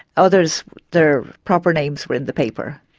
others their proper names were in the paper.